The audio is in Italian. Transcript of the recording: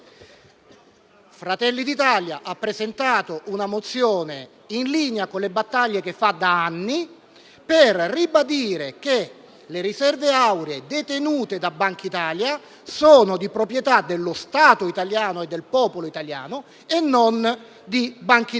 Fratelli d'Italia ha presentato una mozione in linea con le battaglie che fa da anni, per ribadire che le riserve auree detenute da Banca d'Italia sono di proprietà dello Stato italiano e del popolo italiano e non di Bankitalia.